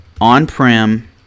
on-prem